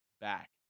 back